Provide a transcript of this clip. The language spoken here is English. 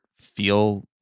feel